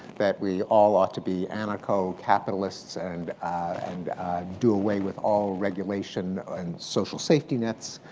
that we all ought to be anarcho-capitalists and and do away with all regulation and social safety nets,